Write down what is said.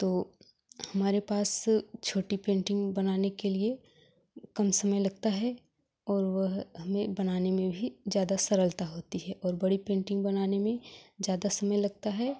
तो हमारे पास छोटी पेंटिंग बनाने के लिए कम समय लगता है और वह हमें बनाने में भी ज़्यादा सरलता होती है और बड़ी पेंटिंग बनाने में ज़्यादा समय लगता है